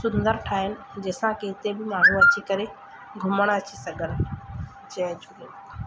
सुंदरु ठाहिनि जंहिंसां की हिते बि माण्हू अची करे घुमणु अची सघनि जय झूलेलाल